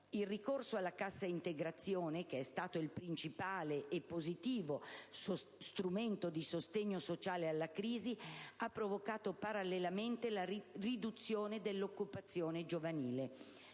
il ricorso alla cassa integrazione, che è stato il principale e positivo strumento di sostegno sociale della crisi, ha provocato parallelamente la riduzione dell'occupazione giovanile;